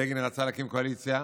בגין רצה להקים קואליציה.